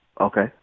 Okay